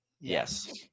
Yes